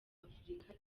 afurika